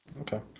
Okay